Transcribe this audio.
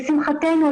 לשמחתנו,